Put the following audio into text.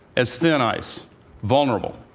as thin ice vulnerable.